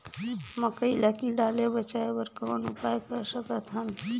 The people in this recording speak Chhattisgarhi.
मकई ल कीड़ा ले बचाय बर कौन उपाय कर सकत हन?